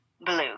blue